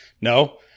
No